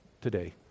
today